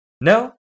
No